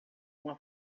uma